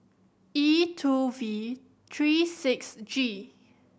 E two V three six G